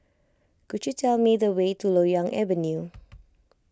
could you tell me the way to Loyang Avenue